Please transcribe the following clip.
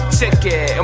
ticket